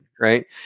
right